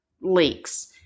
leaks